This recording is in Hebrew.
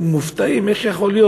פשוט גם מופתעים: איך יכול להיות?